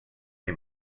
ate